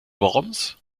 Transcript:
worms